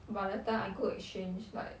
by the time I go exchange like